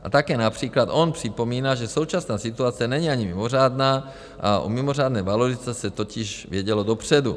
A také například on připomíná, že současná situace není ani mimořádná, o mimořádné valorizaci se totiž vědělo dopředu.